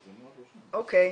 אוקיי.